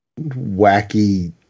wacky